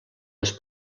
les